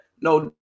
no